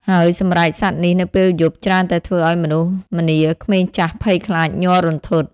ហើយសម្រែកសត្វនេះនៅពេលយប់ ច្រើនតែធ្វើឱ្យមនុស្សម្នាក្មេងចាស់ភ័យខ្លាចញ័ររន្ធត់ ។